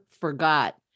forgot